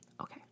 okay